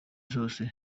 zose